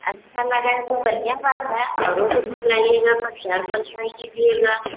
अच्छा लगा है तो बढ़िया बात है औरों को दिखाइएगा प्रचार प्रसार कीजिएगा